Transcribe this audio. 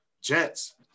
Jets